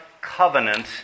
covenant